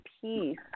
peace